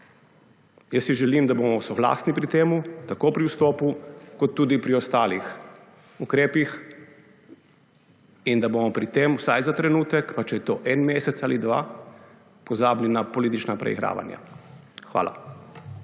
Jaz si želim, da bomo soglasni pri tem tako pri vstopu kot tudi pri ostalih ukrepih in da bomo pri tem vsaj za trenutek, pa če je to en mesec ali dva, pozabili na politična preigravanja. Hvala.